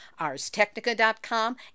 arstechnica.com